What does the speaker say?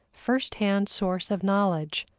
first-hand source of knowledge,